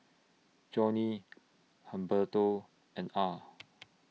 Johnny Humberto and Ah